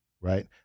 right